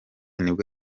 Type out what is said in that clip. nibwo